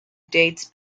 dates